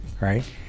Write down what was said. right